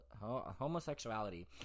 homosexuality